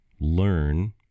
learn